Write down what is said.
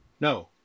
No